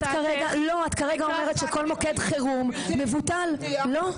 את כרגע אומרת שכל מוקד חירום מבוטל, לא.